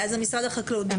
משרד החקלאות, בבקשה.